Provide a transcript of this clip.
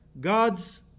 God's